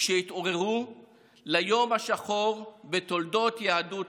כשהתעוררו ליום השחור בתולדות יהדות